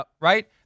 right